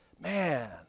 man